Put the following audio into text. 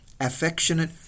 affectionate